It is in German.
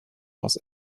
haus